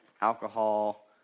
alcohol